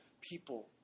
people